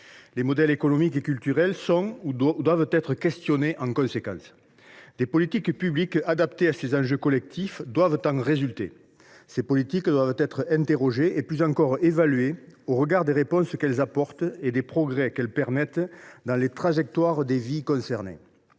Les modèles économiques et culturels sont ou doivent être analysés en conséquence. Des politiques publiques adaptées à ces enjeux collectifs doivent en résulter. Ces politiques doivent être évaluées au regard des réponses qu’elles apportent et des progrès qu’elles permettent dans les trajectoires de vie concernées.